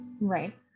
Right